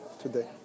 today